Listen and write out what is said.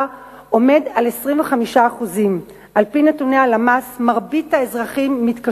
עומד על 25%. על-פי נתוני הלשכה המרכזית